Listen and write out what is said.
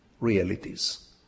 realities